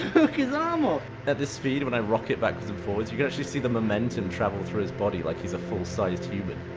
took his arm off. at this speed, when i rock it backwards and forwards, you can actually see the momentum travel through his body like he's a full-sized human.